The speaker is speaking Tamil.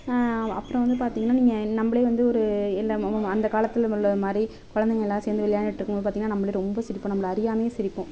அப்புறம் வந்து பார்த்தீங்கன்னா நீங்கள் நம்மளே வந்து ஒரு அந்த காலத்தில் உள்ள மாதிரி குழந்தைக எல்லாம் சேர்ந்து விளையாண்டுகிட்டுருக்கும்போது பார்த்தீங்கன்னா நம்மளே ரொம்ப சிரிப்போம் நம்மளை அறியாமையே சிரிப்போம்